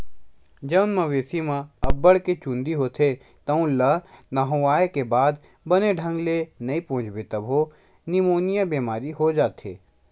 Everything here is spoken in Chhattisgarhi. जउन मवेशी म अब्बड़ के चूंदी होथे तउन ल नहुवाए के बाद बने ढंग ले नइ पोछबे तभो निमोनिया बेमारी हो जाथे